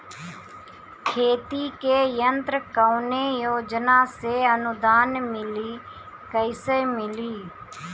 खेती के यंत्र कवने योजना से अनुदान मिली कैसे मिली?